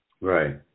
Right